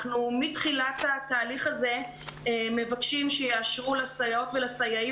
אנחנו מתחילת התהליך הזה מבקשים שיאשרו לסייעות ולסייעים